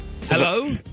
Hello